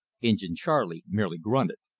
injin charley merely grunted.